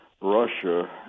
Russia